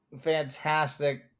fantastic